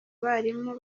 barimu